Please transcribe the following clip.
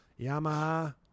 Yamaha